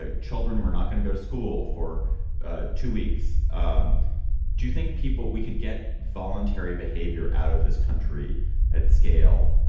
ah children, we're not going to go to school for ah two weeks. um do you think people we could get voluntary behavior out of this country at scale?